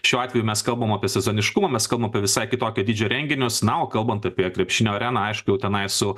šiuo atveju mes kalbam apie sezoniškumą mes kalbam apie visai kitokio dydžio renginius na o kalbant apie krepšinio areną aiškiu jau tenai su